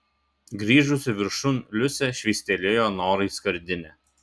grįžusi viršun liusė švystelėjo norai skardinę